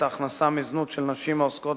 את ההכנסה מזנות של נשים העוסקות